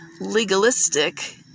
legalistic